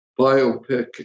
biopic